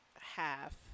half